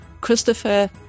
Christopher